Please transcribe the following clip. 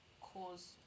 cause